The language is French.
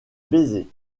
baiser